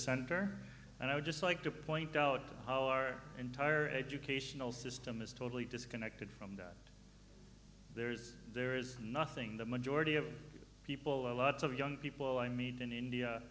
center and i would just like to point out how our entire educational system is totally disconnected from that there is there is nothing the majority of people are lots of young people i meet in india